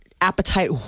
appetite